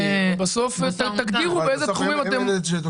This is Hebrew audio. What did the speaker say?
תגדירו באילו תחומים אפשר.